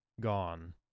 gone